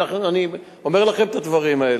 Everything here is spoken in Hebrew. ולכן אני אומר לכם את הדברים האלה.